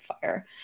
fire